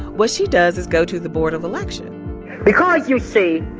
what she does is go to the board of election because, you see,